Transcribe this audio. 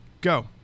Go